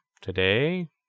today